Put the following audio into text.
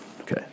Okay